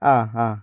ആ ആ